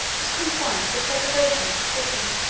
was confined to the preservation of the city.